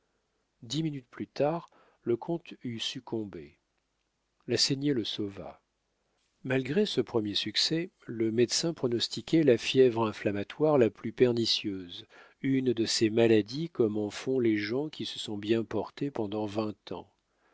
dix minutes plus tard le comte eût succombé la saignée le sauva malgré ce premier succès le médecin pronostiquait la fièvre inflammatoire la plus pernicieuse une de ces maladies comme en font les gens qui se sont bien portés pendant vingt ans